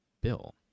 bill